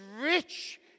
rich